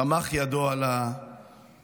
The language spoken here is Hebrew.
סמך ידו על ההצעה